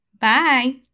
Bye